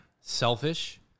selfish